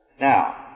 Now